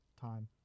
time